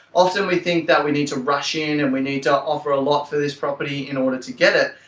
often we think that we need to rush in and we need to offer a lot for this property in order to get it.